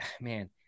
man